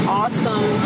awesome